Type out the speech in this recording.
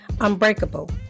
Unbreakable